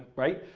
right?